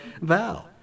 vow